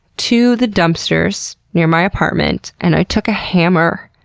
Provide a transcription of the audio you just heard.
to the dumpsters near my apartment. and i took a hammer,